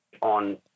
on